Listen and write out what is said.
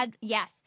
Yes